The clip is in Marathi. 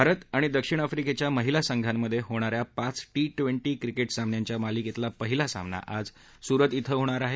भारत आणि दक्षिण आफ्रिकेच्या महिला संघांमध्ये होणाऱ्या पाच टी ट्वेंटी सामन्यांच्या मालिकेतला पहिला सामना आज सूरत इथं होणार आहे